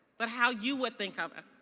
but how you would think of it.